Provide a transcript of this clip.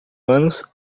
anos